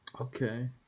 okay